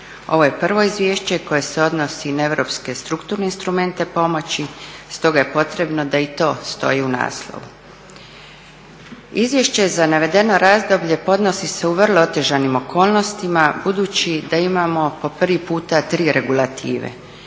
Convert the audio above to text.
Ovo je prvo izvješće koje se odnosi na europske strukturne instrumente pomoći, stoga je potrebno da i to stoji u naslovu. Izvješće za navedeno razdoblje podnosi se u vrlo otežanim okolnostima budući da imamo po prvi puta 3 regulative.